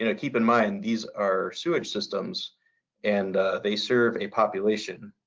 and keep in mind these are sewage systems and they serve a population.